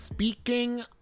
Speaking